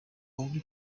only